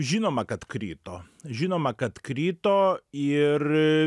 žinoma kad krito žinoma kad krito ir